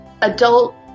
Adult